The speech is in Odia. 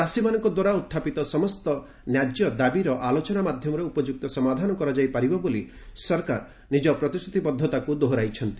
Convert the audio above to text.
ଚାଷୀମାନଙ୍କ ଦ୍ୱାରା ଉଡ୍ଚାପିତ ସମସ୍ତ ନାଯ୍ୟଦାବୀର ଆଲୋଚନା ମାଧ୍ୟମରେ ଉପଯୁକ୍ତ ସମାଧାନ କରାଯାଇ ପାରିବ ବୋଲି ସରକାର ନିକ ପ୍ରତିଶ୍ରତିବଦ୍ଧତା ଦୋହରାଇଛନ୍ତି